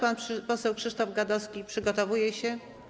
Pan poseł Krzysztof Gadowski przygotowuje się.